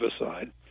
aside